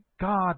God